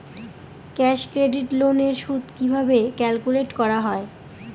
Cash credit loan এর সুদ কিভাবে ক্যালকুলেট করা হয়?